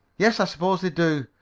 yes, i suppose they do,